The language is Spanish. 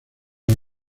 los